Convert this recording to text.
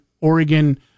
Oregon